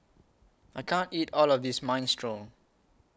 I can't eat All of This Minestrone